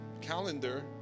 calendar